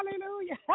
Hallelujah